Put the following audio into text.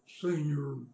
senior